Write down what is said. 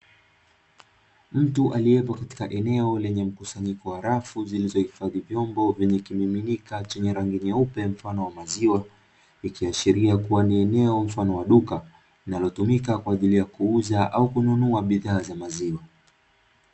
Mtu aliye katika eneo lenye mkusanyiko wa rafu zilizohifadhi vyombo vyenye kimiminika cha rangi nyeupe, likiashiria ni eneo kwajili ya duka linalotumika kwajili ya kuuza au kununua bidhaa za maziwa.